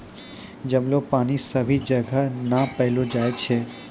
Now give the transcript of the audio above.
जमलो पानी सभी जगह नै पैलो जाय छै